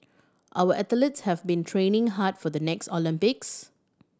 our athletes have been training hard for the next Olympics